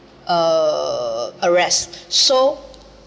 uh arrest so